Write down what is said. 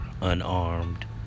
unarmed